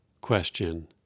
question